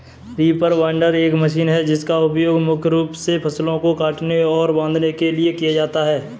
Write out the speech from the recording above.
reaper binder एक machine है जिसका उपयोग मुख्य रूप से फसलों को काटने और बांधने के लिए किया जाता है